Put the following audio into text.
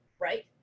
right